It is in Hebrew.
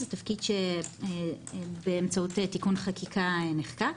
זה תפקיד שבאמצעות תיקון חקיקה נחקק.